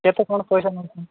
କେତେ କ'ଣ ପଇସା ନେଉଛନ୍ତି